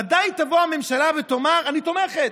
ודאי תבוא הממשלה ותאמר: אני תומכת.